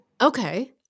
Okay